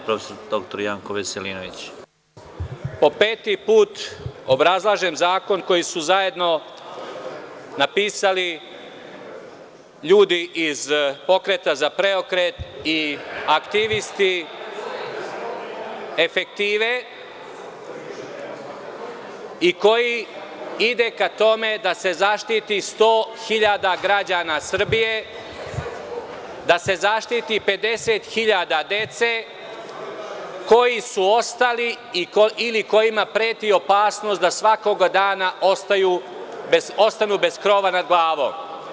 Po peti put obrazlažem zakon koji su zajedno napisali ljudi iz Pokreta za Preokret i aktivisti „Efektive“ i koji ide ka tome da se zaštiti 100.000 građana Srbije, da se zaštiti 50.000 dece koji su ostali ili kojima preti opasnost da svakoga dana ostanu bez krova nad glavom.